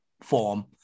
form